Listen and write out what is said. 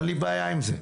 אין לי בעיה עם זה.